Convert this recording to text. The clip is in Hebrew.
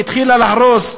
והיא התחילה להרוס,